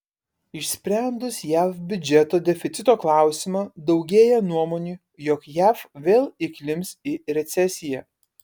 išsprendus jav biudžeto deficito klausimą daugėja nuomonių jog jav vėl įklimps į recesiją